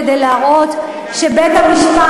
כדי להראות שבית-המשפט,